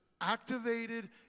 activated